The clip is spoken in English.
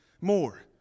more